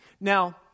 Now